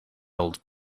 old